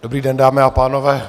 Dobrý den, dámy a pánové.